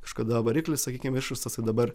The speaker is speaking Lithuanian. kažkada variklis sakykim išrastas tai dabar